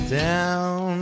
down